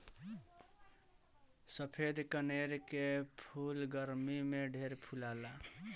सफ़ेद कनेर के फूल गरमी में ढेर फुलाला